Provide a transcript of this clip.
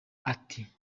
ati